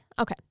Okay